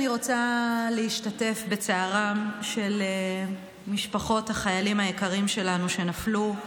אני רוצה להשתתף בצערן של משפחות החיילים היקרים שלנו שנפלו: